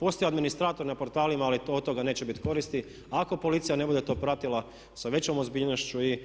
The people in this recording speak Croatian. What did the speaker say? Postoje administratori na portalima ali od toga neće biti koristi ako policija ne bude to pratila sa većom ozbiljnošću i